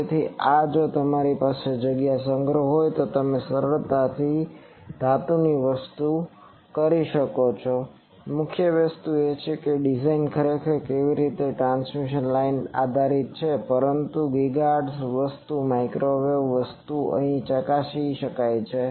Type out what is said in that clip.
તેથી આ પણ જો તમારી પાસે જગ્યાનો સંગ્રહ હોય તો તમે સરળતાથી આ સરળતાથી ધાતુની વસ્તુ કરી શકો છો મુખ્ય વસ્તુ એ છે કે ડિઝાઇન ખરેખર તે કેવી રીતે ટ્રાન્સમિશન લાઇન આધારિત ડિઝાઇન છે પરંતુ GHz વસ્તુ માઇક્રોવેવ વસ્તુઓ અહીં ચકાસી શકાય છે